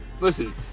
Listen